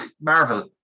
Marvel